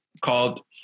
called